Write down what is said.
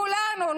כולנו,